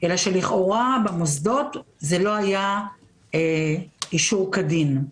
אלא שלכאורה במוסדות זה לא היה אישור כדין.